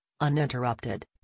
uninterrupted